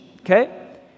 okay